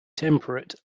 temperate